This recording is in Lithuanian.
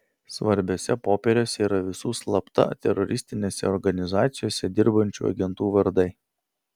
svarbiuose popieriuose yra visų slapta teroristinėse organizacijose dirbančių agentų vardai